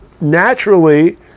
naturally